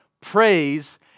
praise